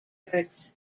records